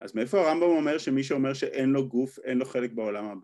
אז מאיפה הרמב״ם אומר שמי שאומר שאין לו גוף אין לו חלק בעולם הבא?